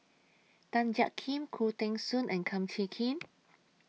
Tan Jiak Kim Khoo Teng Soon and Kum Chee Kin